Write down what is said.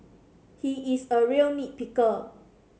he is a real nit picker